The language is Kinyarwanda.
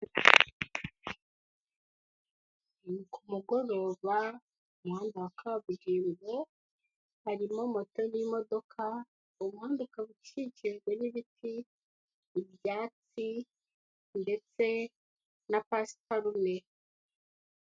Ni ku mugoroba ku muhanda wa kaburimbo, harimo moto n'imodoka, ubundi ukaba ukikijwe n'ibiti, byatsi ndetse na pasiparume.